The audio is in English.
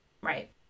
Right